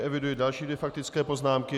Eviduji další dvě faktické poznámky.